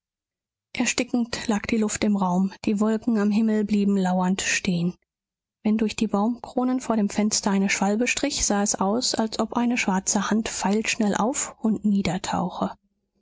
erstickend lag die luft im raum die wolken am himmel blieben lauernd stehen wenn durch die baumkronen vor dem fenster eine schwalbe strich sah es aus als ob eine schwarze hand pfeilschnell auf und